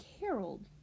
Harold